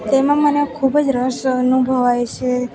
તેમાં મને ખુબજ રસ અનુભવાય છે